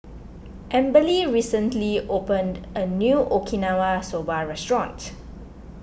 Amberly recently opened a New Okinawa Soba Restaurant